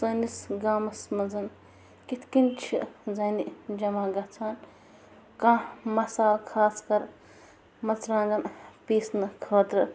سٲنِس گامس منٛز کِتھٕ کٔنۍ چھِ زَنہِ جمع گَژھان کانٛہہ مصالہٕ خاص کَر مرژٕوانٛگن پیٖسنہٕ خٲطرٕ